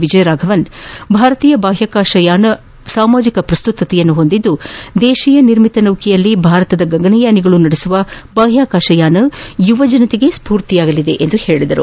ವಿಜಯ್ ರಾಘವನ್ ಭಾರತೀಯ ಬಾಹ್ಯಾಕಾಶಯಾನ ಸಾಮಾಜಿಕ ಪ್ರಸ್ತುತತೆಯನ್ನು ಹೊಂದಿದ್ದು ದೇಶೀಯ ನಿರ್ಮಿತ ನೌಕೆಯಲ್ಲಿ ಭಾರತದ ಗಗನಯಾನಿಗಳು ನಡೆಸುವ ಬಾಹ್ಯಾಕಾಶಯಾನ ಯುವಜನತೆಗೆ ಸ್ಪೂರ್ತಿಯಾಗಲಿದೆ ಎಂದರು